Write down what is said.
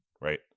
Right